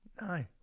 no